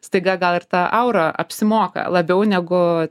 staiga gal ir ta aura apsimoka labiau negu